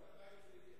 מתי זה יהיה?